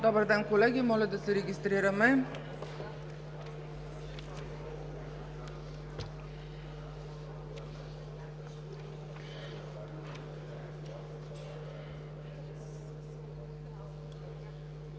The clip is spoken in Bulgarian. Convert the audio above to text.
Добър ден, колеги. Моля да се регистрираме.